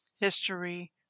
History